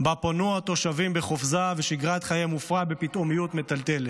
שבה פונו התושבים בחופזה ושגרת חייהם הופרה בפתאומיות מטלטלת.